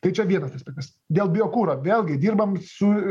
tai čia vienas aspektas dėl biokuro vėlgi dirbam su